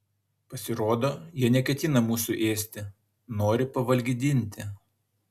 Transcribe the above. pasirodo jie neketina mūsų ėsti nori pavalgydinti